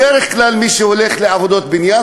בדרך כלל מי שהולך לעבודות בניין,